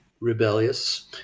rebellious